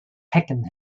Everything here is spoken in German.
hecken